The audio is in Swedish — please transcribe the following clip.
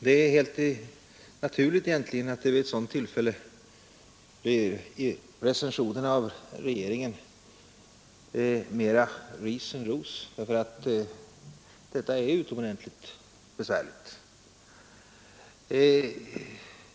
Det är egentligen helt naturligt att vid ett sådant tillfälle recensionerna av regeringen innehåller mera ris än ros därför att detta är ett utomordentligt besvärligt problem.